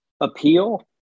appeal